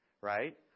right